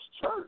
church